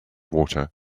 water